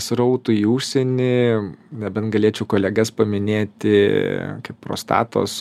srautų į užsienį nebent galėčiau kolegas paminėti kaip prostatos